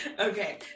Okay